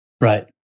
Right